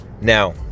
now